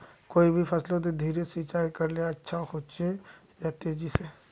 कोई भी फसलोत धीरे सिंचाई करले अच्छा होचे या तेजी से?